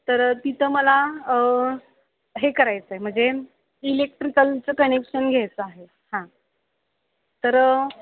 तर तिथं मला हे करायचं आहे म्हणजे इलेक्ट्रिकलचं कनेक्शन घ्यायचं आहे हां तर